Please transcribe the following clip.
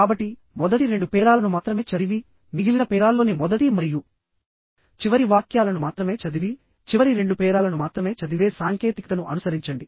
కాబట్టి మొదటి రెండు పేరాలను మాత్రమే చదివి మిగిలిన పేరాల్లోని మొదటి మరియు చివరి వాక్యాలను మాత్రమే చదివి చివరి రెండు పేరాలను మాత్రమే చదివే సాంకేతికతను అనుసరించండి